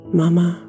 mama